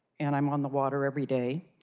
and i'm on the water every day.